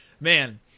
Man